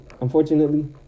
unfortunately